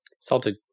Salted